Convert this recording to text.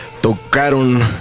tocaron